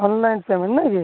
online payment ନାଇକି